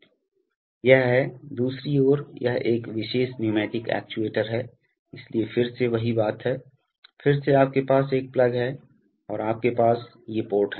यह है दूसरी ओर यह एक विशेष न्यूमैटिक एक्चुएटर है इसलिए फिर से वही बात है फिर से आपके पास एक प्लग है और आपके पास ये पोर्ट हैं